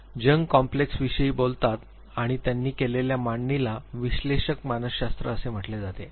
जंग complex विषयी बोलतात आणि त्यांनी केलेल्या मांडणीला विश्लेषक मानसशास्त्र असे म्हटले जाते